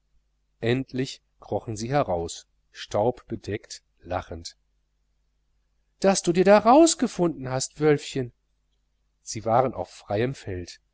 endlich krochen sie heraus staubbedeckt lachend daß du dir da rausgefunden hast wölfchen sie waren auf freiem feld